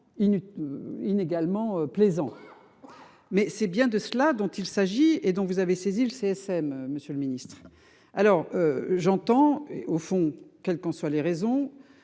Inégalement plaisant. Mais c'est bien de cela dont il s'agit et dont vous avez saisi le CSM. Monsieur le Ministre. Alors. J'entends au fond quels qu'en soient les raisons.